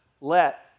let